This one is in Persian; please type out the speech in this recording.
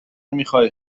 میخای